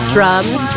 Drums